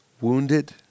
wounded